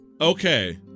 Okay